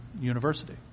university